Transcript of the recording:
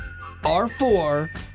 R4